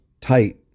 tight